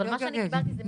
אבל מה שאני --- נירה,